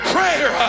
Prayer